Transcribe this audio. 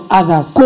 others